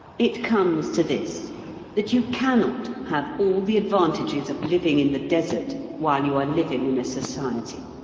it comes to this that you cannot have all the advantages of living in the desert while you are living in a society.